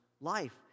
life